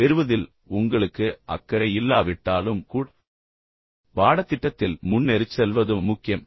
நீங்கள் இதைச் செய்து பின் அனுபவித்து பிறகு உங்களை நீங்களே எப்படி மதிப்பிட்டுக்கொள்வது என்பதைக் கற்றுக்கொள்வதும் பாடத்திட்டத்தில் முன்னேறிச்செல்வதும் முக்கியம்